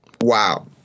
wow